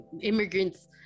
immigrants